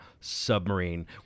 submarine